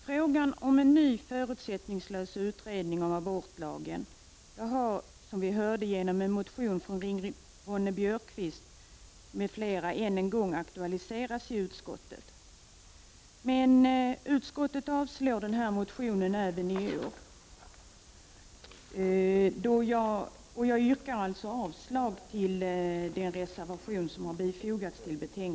Frågan om en ny, förutsättningslös utredning om abortlagen har, som vi hörde, med anledning av en motion från Ingrid Ronne-Björkqvist m.fl. än en gång aktualiserats i utskottet. Men utskottet avstyrker motionen även i år, då det inte finns några skäl att göra en förutsättningslös översyn av hela lagen.